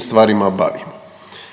stvarima, da